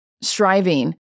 striving